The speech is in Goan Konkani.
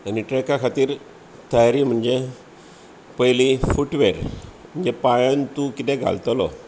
आनी ट्रॅका खातीर तयारी म्हणजे पयली फुटवेर म्हणजे पांयांत तूं कितें घालतलो